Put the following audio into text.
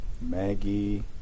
Maggie